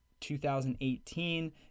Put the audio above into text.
2018